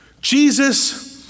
Jesus